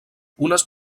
unes